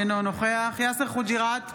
אינו נוכח יאסר חוג'יראת,